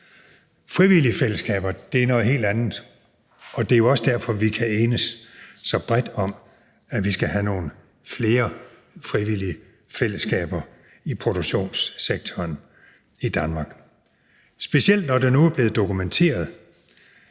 Frivillige fællesskaber er noget helt andet, og det er jo også derfor, vi kan enes så bredt om, at vi skal have nogle flere frivillige fællesskaber i produktionssektoren i Danmark – specielt når det nu er blevet dokumenteret